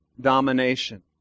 domination